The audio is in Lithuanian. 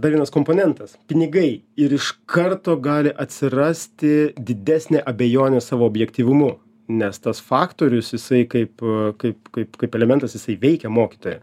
dar vienas komponentas pinigai ir iš karto gali atsirasti didesnė abejonė savo objektyvumu nes tas faktorius jisai kaip kaip kaip kaip elementas jisai veikia mokytoją